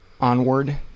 onward